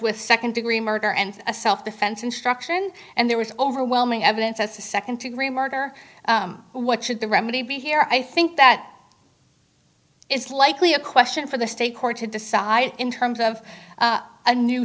with second degree murder and a self defense instruction and there was overwhelming evidence as to second degree murder what should the remedy be here i think that is likely a question for the state court to decide in terms of a new